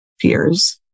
peers